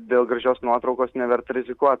dėl gražios nuotraukos neverta rizikuot